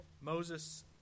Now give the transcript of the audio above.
Moses